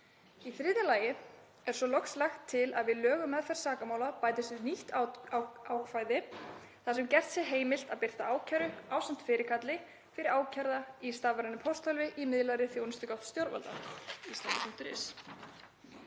Í þriðja lagi er loks lagt til að við lög um meðferð sakamála bætist nýtt ákvæði þar sem gert sé heimilt að birta ákæru ásamt fyrirkalli fyrir ákærða í stafrænu pósthólfi í miðlægri þjónustugátt stjórnvalda, island.is.